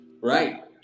right